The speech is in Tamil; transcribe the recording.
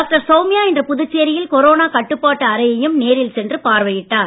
டாக்டர் சௌமியா இன்று புதுச்சேரியில் கொரோனா கட்டுப்பாட்டு அறையையும் நேரில் சென்று பார்வையிட்டார்